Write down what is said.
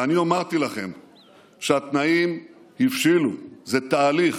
ואני אמרתי לכם שהתנאים הבשילו, זה תהליך.